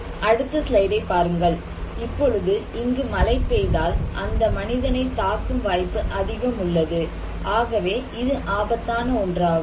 அடுத்த ஸ்லைடை பாருங்கள் இப்பொழுது இங்கு மழை பெய்தால்அந்த மனிதனை தாக்கும் வாய்ப்பு அதிகம் உள்ளது ஆகவே இது ஆபத்தான ஒன்றாகும்